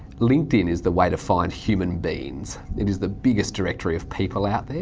linkedin is the way to find human beings. it is the biggest directory of people out there.